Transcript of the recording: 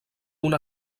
una